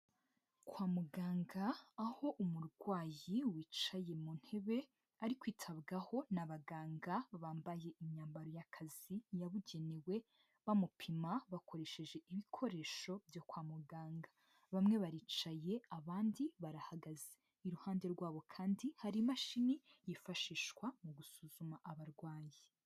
Kwa muganga aho umurwayi wicaye mu ntebe ari kwitabwaho n'abaganga, bambaye imyambaro y'akazi yabugenewe bamupima bakoresheje ibikoresho byo kwa muganga, bamwe baricaye abandi barahagaze iruhande rwabo kandi hari imashini yifashishwa mu gusuzuma abarwayi.